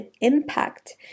impact